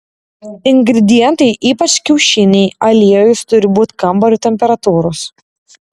ingredientai ypač kiaušiniai aliejus turi būti kambario temperatūros